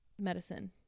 medicine